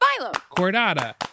Cordata